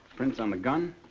prints on the gun,